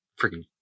freaking